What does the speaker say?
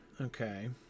okay